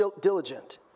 diligent